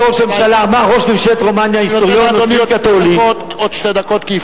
אני נותן לך עוד שתי דקות כי הפריעו לך,